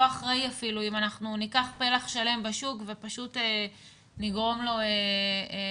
אחראי אפילו אם אנחנו ניקח פלח שלם בשוק ופשוט נגרום לו להתמוטט.